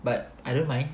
but I don't mind